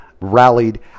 rallied